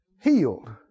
healed